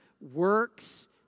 works